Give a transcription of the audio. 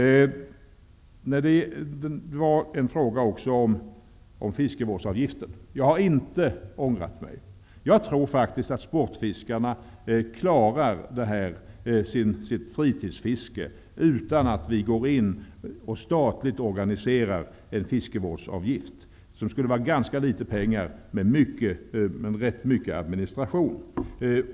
Det ställdes ocskå en fråga om fiskevårdsavgiften. Jag har inte ångrat mig. Jag tror faktiskt att sportfiskarna klarar sitt fritidsfiske utan att vi går in med en statlig fiskevårdsavgift. En sådan skulle ge ganska litet pengar men förorsaka rätt mycken administration.